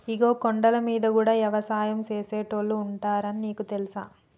ఇగో కొండలమీద గూడా యవసాయం సేసేటోళ్లు ఉంటారు నీకు తెలుసా